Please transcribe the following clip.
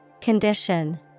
Condition